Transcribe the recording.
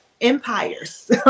empires